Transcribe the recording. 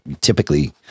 typically